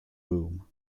room